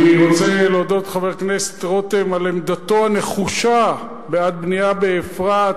אני רוצה להודות לחבר הכנסת רותם על עמדתו הנחושה בעד בנייה באפרת,